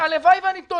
הלוואי שאני טועה.